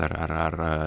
ar ar ar